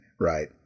Right